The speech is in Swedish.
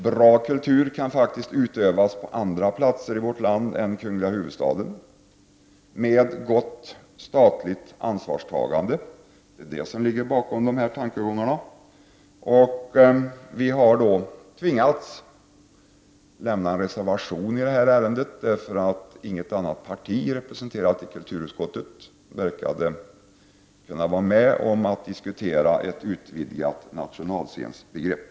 Bra kultur kan även utövas på andra platser i vårt land än i kungl. huvudstaden, om staten tar sitt ansvar. Det är vad som ligger bakom dessa tankegångar. Vi i centern har ansett oss tvingade att avge en reservation i ärendet, eftersom inget annat parti som är representerat i kulturutskottet verkade kunna vara med om att diskutera ett utvidgat nationalscensbegrepp.